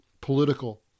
political